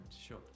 sure